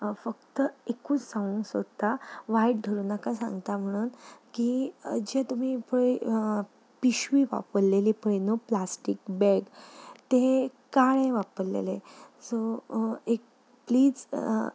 फक्त एकूच सांगूंक सोदतां वायट धरुंनाका सांगता म्हणून की जें तुमी पळय पिशवी वापरलेली पळय न्हू प्लास्टीक बॅग तें काळें वापरलेलें सो एक प्लीज